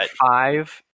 five